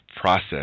process